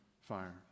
fire